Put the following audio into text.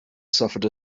suffered